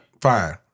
fine